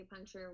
acupuncture